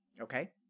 Okay